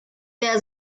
der